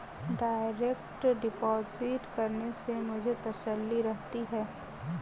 direct deposit करने से मुझे तसल्ली रहती है